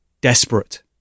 desperate